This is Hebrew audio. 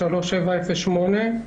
תוכנית 3708,